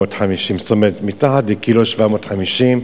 מתחת ל-1.750 ק"ג.